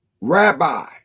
rabbi